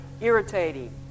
irritating